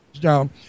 down